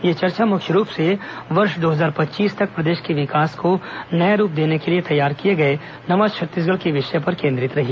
यह चर्चा मुख्य रूप से वर्ष दो हजार पच्चीस तक प्रदेश के विकास को नया रूप देने के लिए तैयार किए गए नवा छत्तीसगढ़ के विषय पर केंद्रित रही